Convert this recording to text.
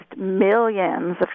millions